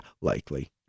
likely